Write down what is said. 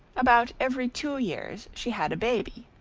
about every two years she had a baby.